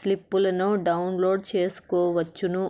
స్లిప్పులను డౌన్లోడ్ చేసుకొనవచ్చును